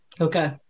Okay